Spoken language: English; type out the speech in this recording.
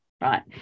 right